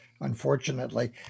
unfortunately